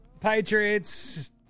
Patriots